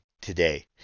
today